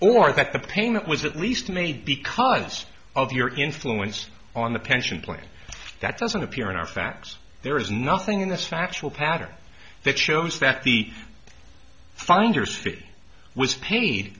or that the payment was at least made because of your influence on the pension plan that doesn't appear in our facts there is nothing in this factual pattern that shows that the finder's